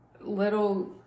little